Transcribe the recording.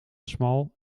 small